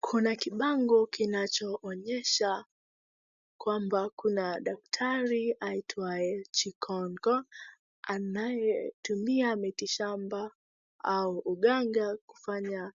Kuna kibango kinachoonyesha kwamba kuna daktari aitwaye Chikonko anayetumia miti shamba au uganga kufanya